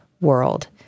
world